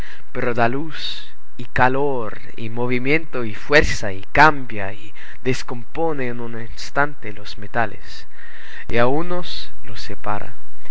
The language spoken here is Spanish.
pero da luz y calor y movimiento y fuerza y cambia y descompone en un instante los metales y a unos los separa